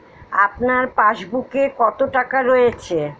আপনার পাসবুকে কত টাকা রয়েছে?